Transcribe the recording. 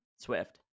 Swift